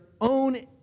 own